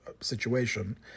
situation